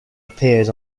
appeared